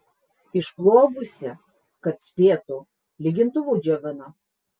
išplovusi kad spėtų lygintuvu džiovina